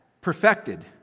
perfected